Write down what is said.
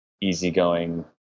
easygoing